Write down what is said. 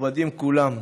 המכובדים כולם,